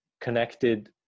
connected